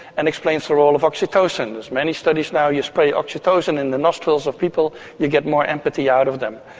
and explains the role of oxytocin. many studies now, you spray oxytocin in the nostrils of people, you get more empathy out of them.